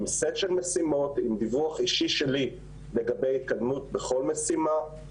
יש סט של משימות ודיווח אישי שלי לגבי התקדמות בכל משימה.